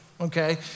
okay